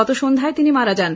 গত সন্ধ্যায় তিনি মারা যান